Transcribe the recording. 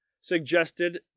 suggested